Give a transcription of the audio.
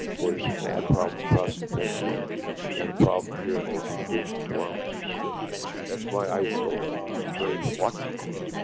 what is a bad problem across the country and a problem here in virginia beach is while that's why i wrote very reluctantly